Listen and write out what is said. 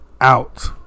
out